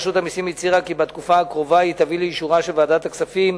רשות המסים הצהירה כי בתקופה הקרובה היא תביא לאישורה של ועדת הכספים